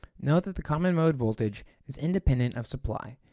note that the common-mode voltage is independent of supply,